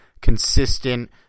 consistent